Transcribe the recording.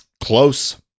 Close